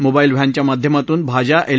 mobile व्हॅनच्या माध्यमातून भाज्या एल